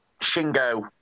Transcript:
Shingo